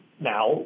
Now